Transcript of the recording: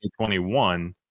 2021